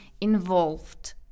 involved